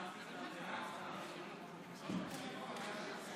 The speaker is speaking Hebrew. קיש בלחץ.